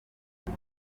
ubu